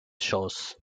shows